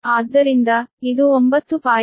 ಆದ್ದರಿಂದ ಇದು 9